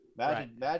imagine